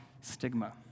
stigma